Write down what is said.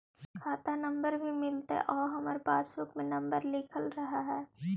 खाता नंबर भी मिलतै आउ हमरा पासबुक में नंबर लिखल रह है?